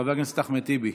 חבר הכנסת אחמד טיבי